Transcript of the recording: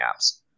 apps